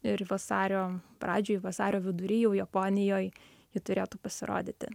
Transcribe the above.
ir vasario pradžioj vasario vidury jau japonijoj ji turėtų pasirodyti